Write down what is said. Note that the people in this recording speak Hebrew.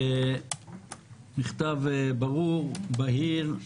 מכתב ברור, בהיר.